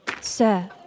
Sir